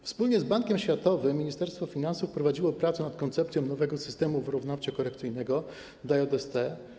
Wspólnie z Bankiem Światowym Ministerstwo Finansów prowadziło prace nad koncepcją nowego systemu wyrównawczo-korekcyjnego dla JST.